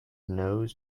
nose